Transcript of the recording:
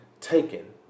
taken